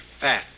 fat